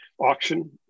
auction